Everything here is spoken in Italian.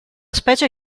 specie